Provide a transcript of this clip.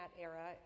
era